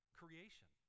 creation